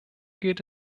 geht